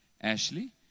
Ashley